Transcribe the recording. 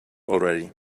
already